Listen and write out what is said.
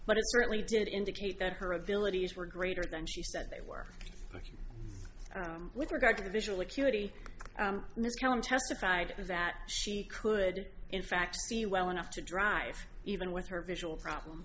but it certainly did indicate that her abilities were greater than she said they were with regard to the visual acuity testified that she could in fact see well enough to drive even with her visual problem